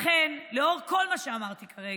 לכן, לנוכח כל מה שאמרתי כרגע,